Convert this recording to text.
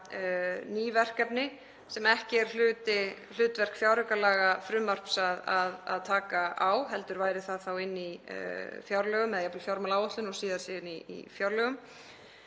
ný verkefni sem ekki er hlutverk fjáraukalagafrumvarps að taka á heldur væri það inni í fjárlögum, eða jafnvel í fjármálaáætlun og síðan í fjárlögum,